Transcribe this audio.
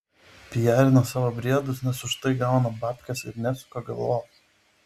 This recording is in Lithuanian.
pijarina savo briedus nes už tai gauna babkes ir nesuka galvos